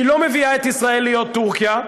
היא לא מביאה את ישראל להיות טורקיה,